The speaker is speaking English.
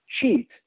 cheat